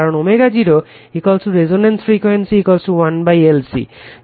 কারণ ω0 resonance frequency 1√LC